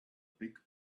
big